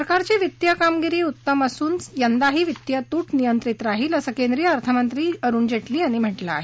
सरकारची वित्तीय कामगिरी उत्तम असून यंदाही वित्तीय तूट नियंत्रित राहील असं केंद्रिय अर्थमंत्री अरुण जेटली यांनी म्हटलं आहे